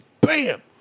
BAM